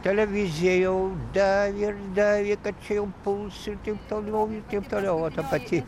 televizija jau davė ir davė kad čia jau puls ir taip toliau ir taip toliau o ta pati